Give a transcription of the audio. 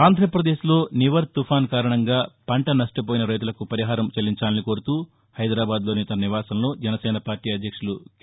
ఆంధ్రాప్రదేశ్లో నివర్ తుపాను కారణంగా పంట నష్టపోయిన రైతులకు పరిహారం చెల్లించాలని కోరుతూ హైదరాబాద్లోని తన నివాసంలో జనసేనపార్టీ అధ్యక్షులు కె